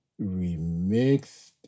remixed